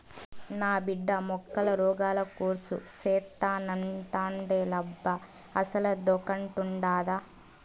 నా బిడ్డ మొక్కల రోగాల కోర్సు సేత్తానంటాండేలబ్బా అసలదొకటుండాదా